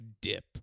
dip